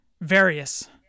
various